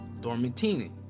Dormitini